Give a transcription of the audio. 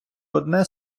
одне